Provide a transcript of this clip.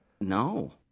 No